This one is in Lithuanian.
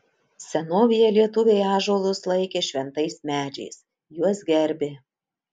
senovėje lietuviai ąžuolus laikė šventais medžiais juos gerbė